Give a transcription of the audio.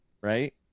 right